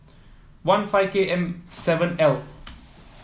one five K M seven L